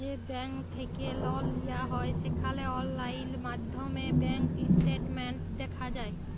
যে ব্যাংক থ্যাইকে লল লিয়া হ্যয় সেখালে অললাইল মাইধ্যমে ব্যাংক ইস্টেটমেল্ট দ্যাখা যায়